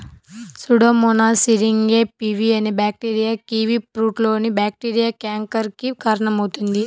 Pseudomonas syringae pv అనే bacteria కివీఫ్రూట్లోని bacteria canker కి కారణమవుతుంది